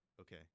Okay